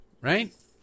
right